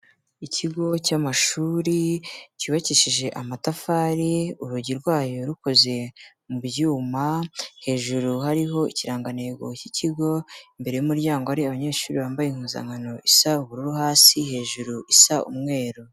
Ikigo cy'amashuri cyubakishije amatafari, urugi rwayo rukoze mu byuma, hejuru hariho ikirangantego cy'ikigo, imbere y'umuryango hari abanyeshuri bambaye impuzankano isa ubururu hasi, hejuru isa umweru.